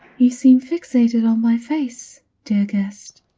you seem fixated on my face, dear guest.